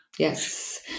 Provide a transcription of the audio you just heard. Yes